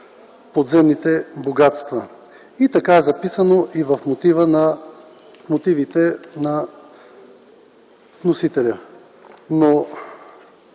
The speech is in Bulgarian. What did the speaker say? подземните богатства. Така е записано и в мотивите на вносителя.